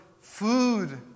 food